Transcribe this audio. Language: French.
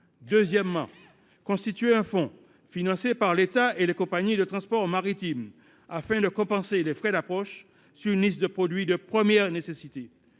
Deuxièmement, constituer un fonds, financé par l’État et les compagnies de transport maritime, afin de compenser les frais d’approche pour une liste de produits de première nécessité.